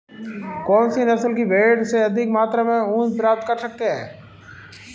कौनसी नस्ल की भेड़ से अधिक मात्रा में ऊन प्राप्त कर सकते हैं?